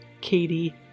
Katie